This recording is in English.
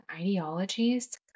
ideologies